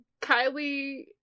Kylie